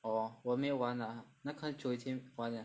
orh 我没有玩 lah 那个很久以前玩了